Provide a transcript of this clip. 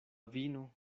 vino